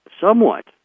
somewhat